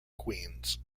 queens